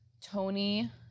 Tony